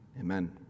amen